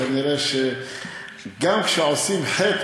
כנראה שגם כשעושים חטא,